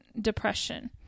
depression